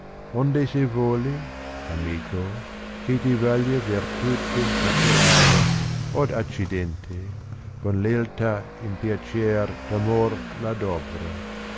onde se voli amico che ti vaglia vertute naturale od accidente con lealtà in piacer d amor v adovra